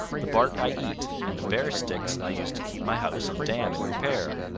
the bark i eat, and the bare sticks i use to keep my house and dam in repair.